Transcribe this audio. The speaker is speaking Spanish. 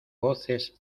voces